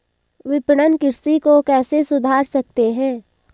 विपणन कृषि को कैसे सुधार सकते हैं?